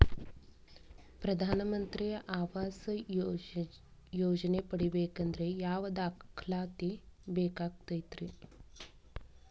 ಪ್ರಧಾನ ಮಂತ್ರಿ ಆವಾಸ್ ಯೋಜನೆ ಪಡಿಬೇಕಂದ್ರ ಯಾವ ದಾಖಲಾತಿ ಬೇಕಾಗತೈತ್ರಿ?